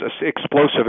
explosive